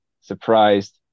surprised